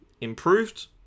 improved